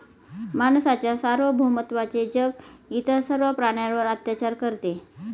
माणसाच्या सार्वभौमत्वाचे जग इतर सर्व प्राण्यांवर अत्याचार करते